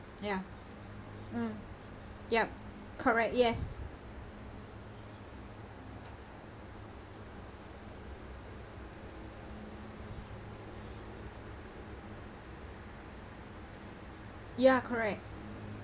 ya mm yup correct yes ya correct